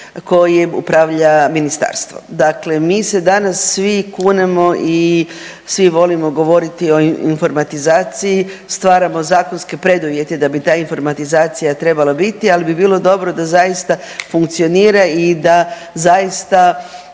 kojim upravlja ministarstvo. Dakle, mi se danas svi kunemo i svi volimo govoriti o informatizaciji, stvaramo zakonske preduvjete da bi ta informatizacija trebala biti ali bi bilo dobro da zaista funkcionira i da zaista